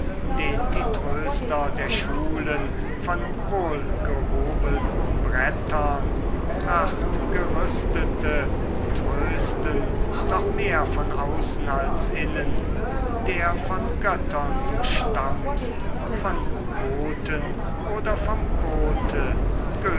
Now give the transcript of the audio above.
den die tröster der schulen von wohlgehobelten brettern prachtgerüstete trösten doch mehr von außen als innen der von göttern du stammst von goten oder vom kote